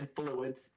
influence